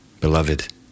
Beloved